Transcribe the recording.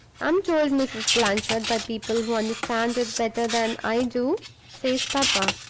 i'm told, mrs. blanchard, by people who understand it better than i do says papa,